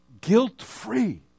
Guilt-free